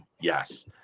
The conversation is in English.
Yes